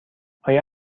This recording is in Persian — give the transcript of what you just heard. آیا